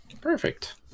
Perfect